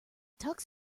tux